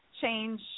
change